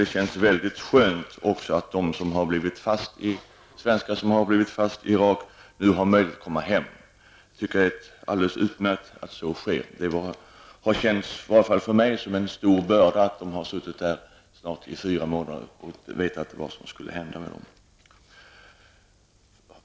Det känns också mycket skönt att de svenskar som har blivit fast i Irak nu har möjlighet att komma hem. Det är alldeles utmärkt att så sker. Det har i varje fall för mig känts som en stor börda att de har suttit där i snart fyra månader utan att veta vad som skulle hända med dem.